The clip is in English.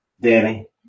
Danny